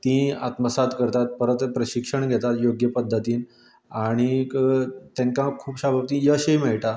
ती आत्मसाद करतात परत प्रशिक्षण घेता योग्य पध्दतीन आनीक तेंकां खुबश्या फावटी यशय मेळटा